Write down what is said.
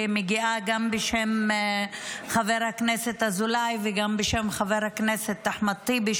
שמגיעה גם בשם חבר הכנסת אזולאי וגם בשם חבר הכנסת אחמד טיבי,